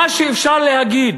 מה שאפשר להגיד